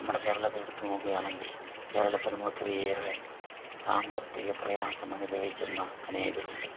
നമ്മുടെ കേരളത്തിൽ എടുത്ത് നോക്കുകയാണെങ്കിൽ കേരളത്തിലും ഒത്തിരിയേറെ സാമ്പത്തികപ്രയാസം അനുഭവിക്കുന്ന അനേകരുണ്ട്